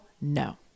No